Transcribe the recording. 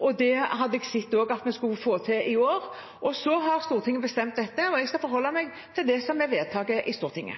og det hadde jeg gjerne sett at vi også skulle få til i år. Så har Stortinget bestemt dette, og jeg skal forholde meg til det som blir vedtatt i